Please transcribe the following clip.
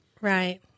Right